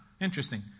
interesting